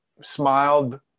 smiled